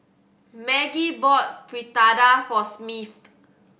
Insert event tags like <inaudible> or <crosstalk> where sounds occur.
Maggie bought Fritada for Smith <noise>